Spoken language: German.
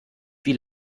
wie